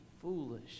foolish